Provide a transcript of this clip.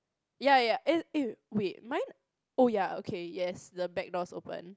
ya ya eh eh wait mine oh ya okay yes the back door's open